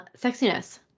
Sexiness